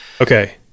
Okay